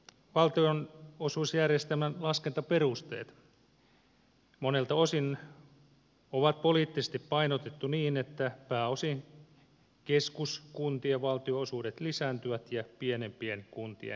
yleisesti ottaen valtionosuusjärjestelmän laskentaperusteet monelta osin ovat poliittisesti painotetut niin että pääosin keskuskuntien valtionosuudet lisääntyvät ja pienempien kuntien laskevat